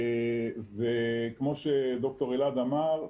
כמו שד"ר אלעד אמר,